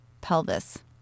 pelvis